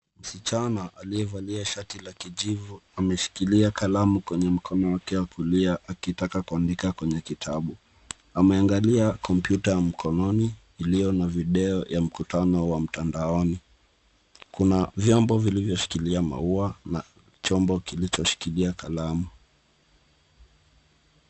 Msichana aliyevalia shati la kijivu ameshikilia kalamu kwenye mkono wake wa kulia akitaka kuandika kwenye kitabu. Ameangalia kompyuta ya mkononi iliyo na video ya mkutano wa mtandaoni. Kuna vyombo vilivyoshikilia maua na chombo kilichoshikilia kalamu.